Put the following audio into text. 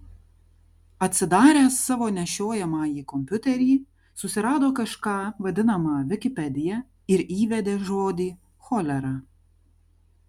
atsidaręs savo nešiojamąjį kompiuterį susirado kažką vadinamą vikipedija ir įvedė žodį cholera